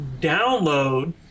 download